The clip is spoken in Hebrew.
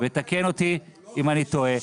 ותקן אותי אם אני טועה,